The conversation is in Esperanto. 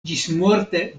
ĝismorte